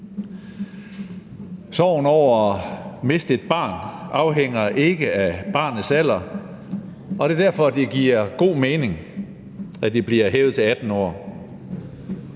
Sorgen over at miste et barn afhænger ikke af barnets alder, og det er derfor, at det giver god mening, at det bliver hævet til 18 år.